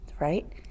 Right